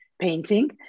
painting